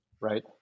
right